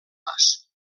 mas